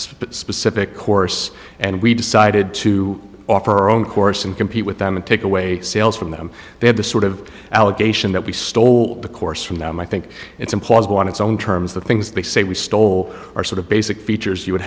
specific course and we decided to offer our own course and compete with them and take away sales from them they had the sort of allegation that we stole the course from them i think it's implausible on its own terms the things they say we stole are sort of basic features you would